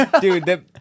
Dude